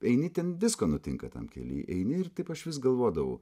eini ten visko nutinka tam kely eini ir taip aš vis galvodavau